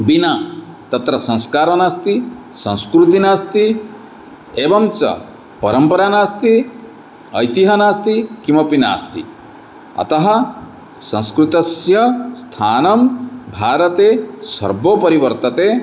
विना तत्र संस्कारो नास्ति संस्कृतिः नास्ति एवं च परम्परा नास्ति ऐतिह्यं नास्ति किमपि नास्ति अतः संस्कृतस्य स्थानं भारते सर्वोपरि वर्तते